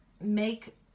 make